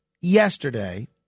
yesterday